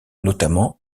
notamment